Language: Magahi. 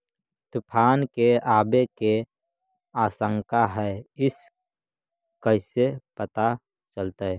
तुफान के आबे के आशंका है इस कैसे पता चलतै?